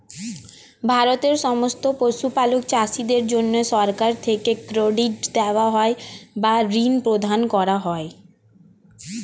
ভারতের সমস্ত পশুপালক চাষীদের জন্যে সরকার থেকে ক্রেডিট দেওয়া হয় বা ঋণ প্রদান করা হয়